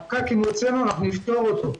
אם ייווצר פקק אנחנו נפתור אותו.